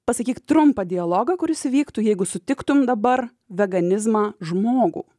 pasakyk trumpą dialogą kuris įvyktų jeigu sutiktum dabar veganizmą žmogų